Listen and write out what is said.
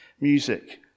music